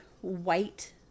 white